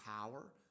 power